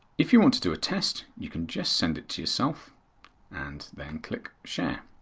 if you want to do a test, you can just send it to yourself and then click share.